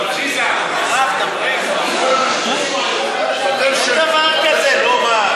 שקט, מרב, דברי כבר.